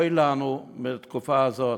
אוי לנו מתקופה זאת.